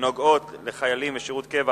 הנוגעות לחיילים בשירות קבע),